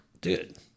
Dude